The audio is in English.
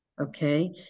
okay